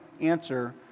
answer